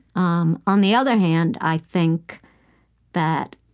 um on the other hand, i think that